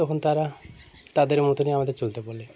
তখন তারা তাদের মতনই আমাদের চলতে বলে